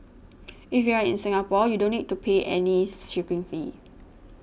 if you are in Singapore you don't need to pay any shipping fee